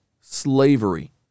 slavery